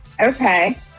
Okay